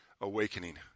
awakening